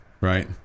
right